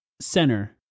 center